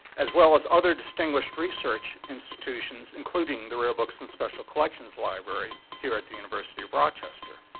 as well as other distinguished research institutions including the rare books and special collections library here at the university of rochester.